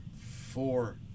four